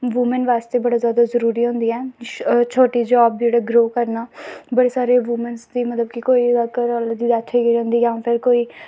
woman बास्तै बड़ा जादा जरूरी होंदी ऐ छोटी जाब जेह्ड़ी ग्रो करना बड़ी सारी वूमैन्स दी मतलब कि कोई घरै आह्ले दि डैथ होई जंदी जां फिर कोई